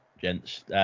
gents